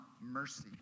mercy